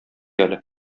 әле